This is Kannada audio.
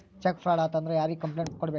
ಚೆಕ್ ಫ್ರಾಡ ಆತಂದ್ರ ಯಾರಿಗ್ ಕಂಪ್ಲೆನ್ಟ್ ಕೂಡ್ಬೇಕು